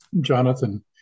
Jonathan